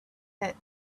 that